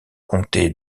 comté